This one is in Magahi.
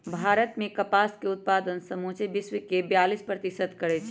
भारत मे कपास के उत्पादन समुचे विश्वके बेयालीस प्रतिशत करै छै